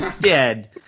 Dead